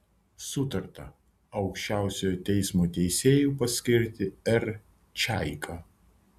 sutarta aukščiausiojo teismo teisėju paskirti r čaiką